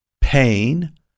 pain